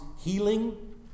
healing